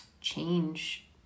change